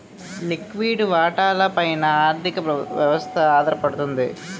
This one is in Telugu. లిక్విడి వాటాల పైన ఆర్థిక వ్యవస్థ ఆధారపడుతుంది